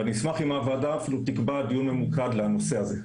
אני אשמח אם הוועדה תקבע דיון ממוקד לנושא הזה.